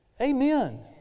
amen